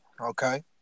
Okay